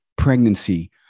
pregnancy